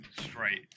straight